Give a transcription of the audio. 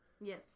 Yes